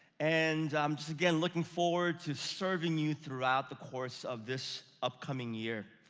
and i'm just again looking forward to serving you throughout the course of this upcoming year.